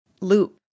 loop